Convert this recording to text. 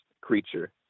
creature